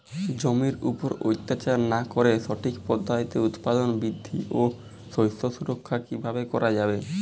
জমির উপর অত্যাচার না করে সঠিক পদ্ধতিতে উৎপাদন বৃদ্ধি ও শস্য সুরক্ষা কীভাবে করা যাবে?